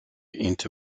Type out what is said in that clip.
into